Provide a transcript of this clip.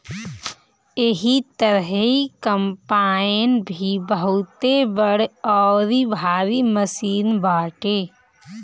एही तरही कम्पाईन भी बहुते बड़ अउरी भारी मशीन बाटे